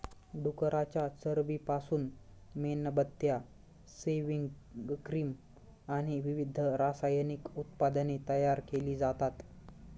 डुकराच्या चरबीपासून मेणबत्त्या, सेव्हिंग क्रीम आणि विविध रासायनिक उत्पादने तयार केली जातात